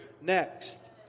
next